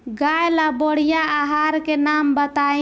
गाय ला बढ़िया आहार के नाम बताई?